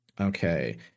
Okay